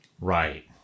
right